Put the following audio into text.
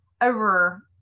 over